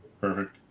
Perfect